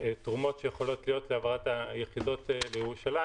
תרומות שיכולות להיות להעברת היחידות לירושלים.